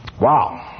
Wow